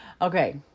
Okay